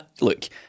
Look